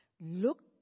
look